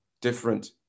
different